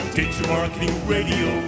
Digitalmarketingradio